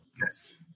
Yes